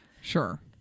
Sure